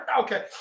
Okay